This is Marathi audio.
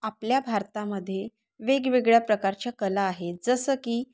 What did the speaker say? आपल्या भारतामध्ये वेगवेगळ्या प्रकारच्या कला आहेत जसं की